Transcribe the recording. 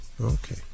Okay